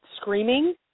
screaming